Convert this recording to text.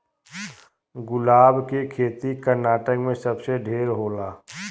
गुलाब के खेती कर्नाटक में सबसे ढेर होला